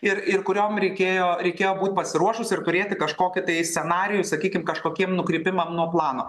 ir ir kuriom reikėjo reikėjo būt pasiruošus ir turėti kažkokį tai scenarijų sakykim kažkokiem nukrypimam nuo plano